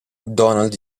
donald